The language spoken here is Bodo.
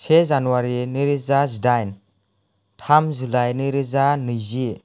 से जानुवारि नैरोजा जिदाइन थाम जुलाइ नैरोजा नैजि